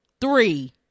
three